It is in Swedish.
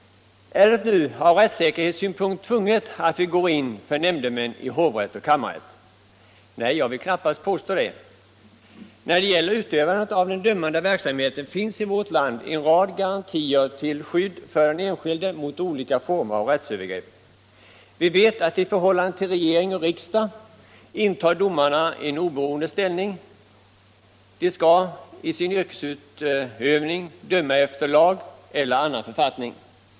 Är det nu ur rättssäkerhetssynpunkt tvunget att vi går in för nämndemän i hovrätt och kammarrätt? Nej, jag vill knappast påstå det. När det gäller utövandet av den dömande verksamheten finns i vårt land en rad garantier till skydd för den enskilde mot olika former av rättsövergrepp. Vi vet att i förhållande till regering och riksdag intar domarna en oberoende ställning. De skall i sin yrkesutövning döma efter lag eller annan författning.